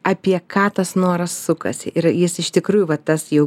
apie ką tas noras sukasi ir jis iš tikrųjų va tas jau